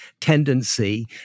tendency